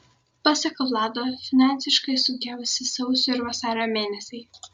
pasak vlado finansiškai sunkiausi sausio ir vasario mėnesiai